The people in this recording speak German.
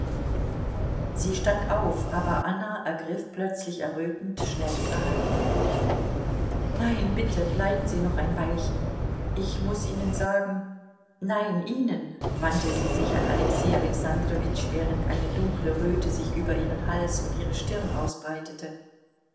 sie stand auf aber anna ergriff plötzlich errötend schnell ihre hand nein bitte bleiben sie noch ein weilchen ich muß ihnen sagen nein ihnen wandte sie sich an alexei alexandrowitsch während eine dunkle röte sich über ihren hals und ihre stirn ausbreitete